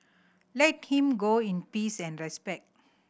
let him go in peace and respect